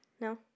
no